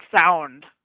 sound